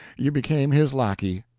you became his lackey,